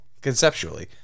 conceptually